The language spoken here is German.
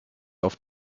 auf